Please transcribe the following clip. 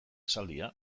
esaldia